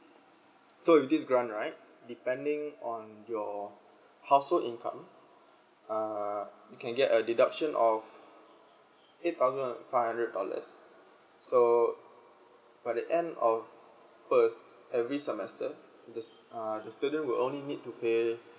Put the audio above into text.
so with this grant right depending on your household income uh you can get a deduction of eight thousands and five hundreds dollars so by the end of first every semester the uh the student will only need to pay